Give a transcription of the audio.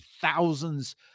thousands